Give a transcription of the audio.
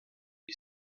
die